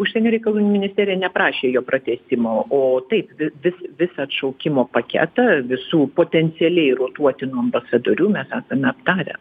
užsienio reikalų ministerija neprašė jo pratęsimo o taip vis vis visą atšaukimo paketą visų potencialiai rotuotinų ambasadorių mes esame aptarę